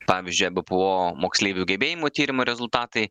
pavyzdžiui ebpo moksleivių gebėjimų tyrimo rezultatai